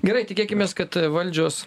gerai tikėkimės kad valdžios